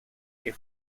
que